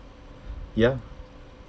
ya